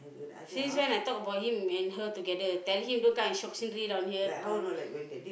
since when I talk about him and her together tell him don't come and shiok sendiri down here kan~